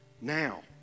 now